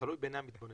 תלוי בעיני המתבונן.